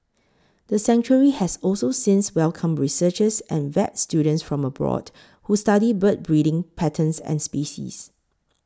the sanctuary has also since welcomed researchers and vet students from abroad who study bird breeding patterns and species